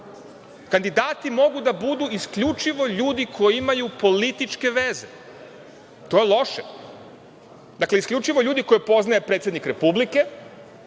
kandidati mogu da budu isključivo ljudi koji imaju političke veze. To je loše. Dakle, isključivo ljudi koje poznaje predsednik Republike.